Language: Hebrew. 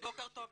בוקר טוב לכולם.